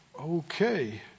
okay